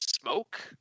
Smoke